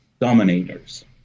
dominators